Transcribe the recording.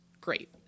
great